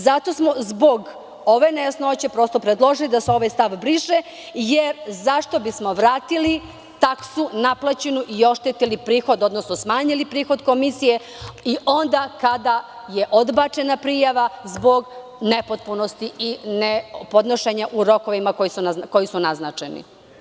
Zato smo zbog ove nejasnoće, prosto predložili da se ovaj stav briše, jer zašto bismo vratili taksu naplaćenu i oštetili prihod, odnosno smanjili prihod komisije i onda kada je odbačena prijava zbog nepotpunosti i nepodnošenja u rokovima koji su naznačeni.